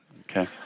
Okay